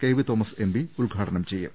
K V Thomas MP ഉദ്ഘാടനം ചെയ്യും